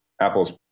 Apple's